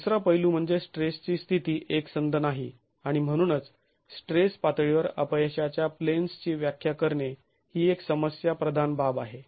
दुसरा पैलू म्हणजे स्ट्रेस ची स्थिती एकसंध नाही आणि म्हणूनच स्ट्रेस पातळीवर अपयशाच्या प्लेन्स् ची व्याख्या करणे ही एक समस्या प्रधान बाब आहे